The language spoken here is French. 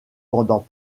pendant